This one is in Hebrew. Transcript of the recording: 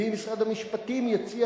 ואם משרד המשפטים יציע,